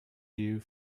you